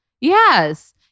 Yes